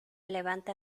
levanta